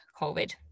COVID